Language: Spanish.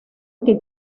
que